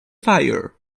fire